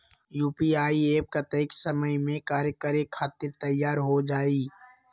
UPI app कतेइक समय मे कार्य करे खातीर तैयार हो जाई?